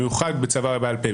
במיוחד בצוואה בעל-פה,